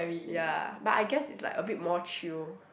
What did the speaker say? ya but I guess it's like a bit more chill